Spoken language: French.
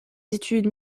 études